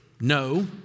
No